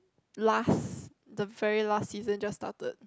last the very last season just started